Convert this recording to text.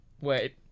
Wait